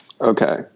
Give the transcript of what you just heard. Okay